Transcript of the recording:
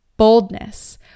Boldness